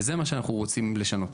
וזה מה שאנחנו רוצים לשנות.